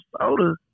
Soda